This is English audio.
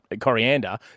coriander